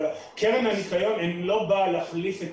אבל קרן הניקיון לא באה להחליף את